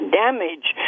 damage